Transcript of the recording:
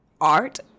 art